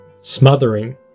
smothering